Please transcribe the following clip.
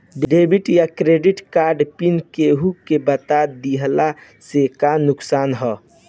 Debit या credit card PIN केहूके बता दिहला से का नुकसान ह?